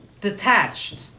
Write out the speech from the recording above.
detached